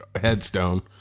headstone